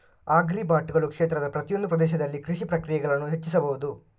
ಆಗ್ರಿಬಾಟುಗಳು ಕ್ಷೇತ್ರದ ಪ್ರತಿಯೊಂದು ಪ್ರದೇಶದಲ್ಲಿ ಕೃಷಿ ಪ್ರಕ್ರಿಯೆಗಳನ್ನು ಹೆಚ್ಚಿಸಬಹುದು